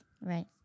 Right